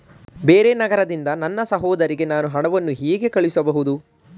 ಬೇರೆ ನಗರದಿಂದ ನನ್ನ ಸಹೋದರಿಗೆ ನಾನು ಹಣವನ್ನು ಹೇಗೆ ಕಳುಹಿಸಬಹುದು?